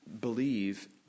believe